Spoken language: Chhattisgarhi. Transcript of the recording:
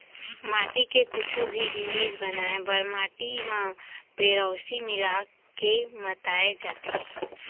माटी के कुछु भी जिनिस बनाए बर माटी म पेरौंसी मिला के मताए जाथे